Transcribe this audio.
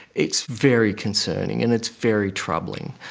it's very concerning and it's very troubling.